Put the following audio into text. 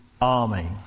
army